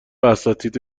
اساتید